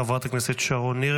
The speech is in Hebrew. חברת הכנסת שרון ניר,